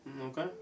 Okay